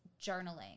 journaling